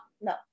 no